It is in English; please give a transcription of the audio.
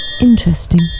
Interesting